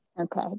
Okay